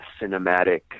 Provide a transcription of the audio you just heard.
cinematic